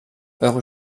eure